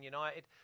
United